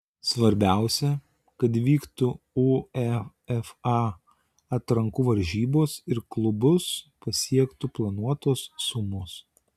svarbiausia kad įvyktų uefa atrankų varžybos ir klubus pasiektų planuotos sumos